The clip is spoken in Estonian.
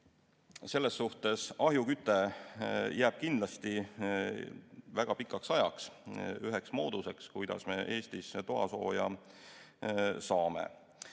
Selles suhtes ahjuküte jääb kindlasti väga pikaks ajaks üheks mooduseks, kuidas me Eestis toasooja saame.